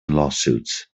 lawsuits